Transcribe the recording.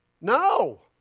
no